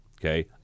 Okay